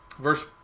Verse